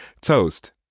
toast